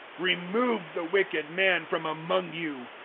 remove the wicked man from among you.